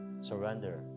surrender